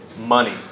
money